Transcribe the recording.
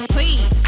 Please